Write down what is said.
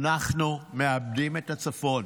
אנחנו מאבדים את הצפון.